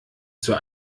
zur